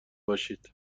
باشید